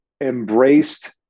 embraced